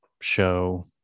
show